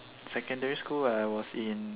secondary school I was in